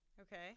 Okay